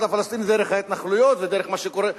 הפלסטיני דרך ההתנחלויות ודרך מה שקורה,